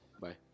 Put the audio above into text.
bye